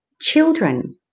children